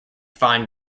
find